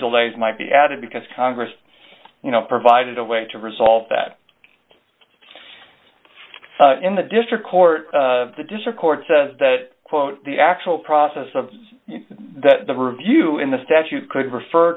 delays might be added because congress you know provided a way to resolve that in the district court of the district court that quote the actual process of that the review in the statute could refer